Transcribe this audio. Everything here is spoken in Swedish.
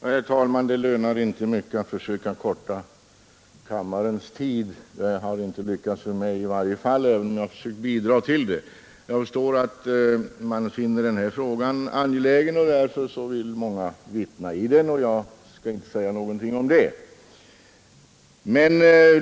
Herr talman! Det lönar inte mycket att söka förkorta debatten i kammaren. Det har inte lyckats för mig i varje fall, även om jag försökt bidraga till det. Jag förstår att man finner den här frågan angelägen och att därför många vill vittna i den, och jag skall inte säga någonting om det.